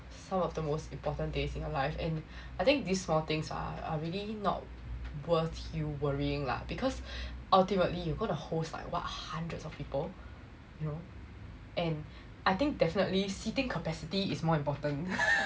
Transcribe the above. some of the most important days in your life and I think this small things are are really not worth you worrying lah because ultimately you gonna host like what hundreds of people you know and I think definitely seating capacity is more important